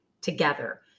together